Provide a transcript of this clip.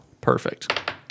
Perfect